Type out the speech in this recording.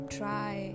try